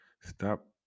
Stop